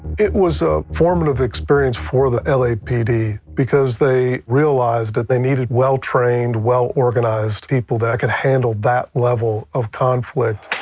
it was a formative experience for the lapd because they realized but they needed well-trained, well-organized people that could handle that level of conflict.